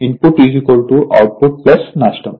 కాబట్టిఇన్పుట్ output నష్టం